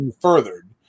furthered